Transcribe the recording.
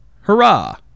Hurrah